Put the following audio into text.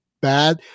bad